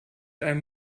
einem